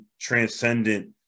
transcendent